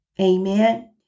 Amen